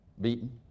beaten